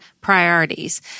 priorities